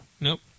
Nope